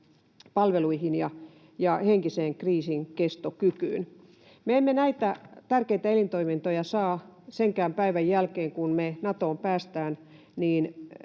palveluihin ja henkiseen kriisinkestokykyyn. Me emme näitä tärkeitä elintoimintoja saa senkään päivän jälkeen, kun me Natoon päästään,